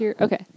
Okay